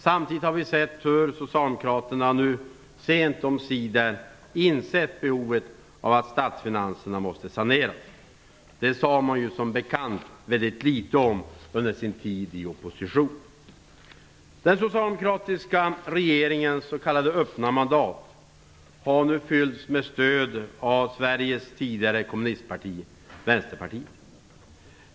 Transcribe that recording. Samtidigt har vi sett hur socialdemokraterna nu sent omsider insett behovet av att statsfinanserna saneras. Det sade de som bekant väldigt litet om under tiden i opposition. Den socialdemokratiska regeringens s.k. öppna mandat har fyllts med stöd av Sveriges tidigare kommunistparti, Vänsterpartiet.